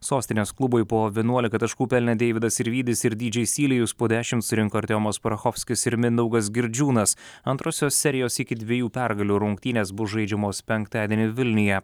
sostinės klubui po vienuolika taškų pelnė deividas sirvydis ir dy džei sylijus po dešims surinko artiomas parachovskis ir mindaugas girdžiūnas antrosios serijos iki dviejų pergalių rungtynės bus žaidžiamos penktadienį vilniuje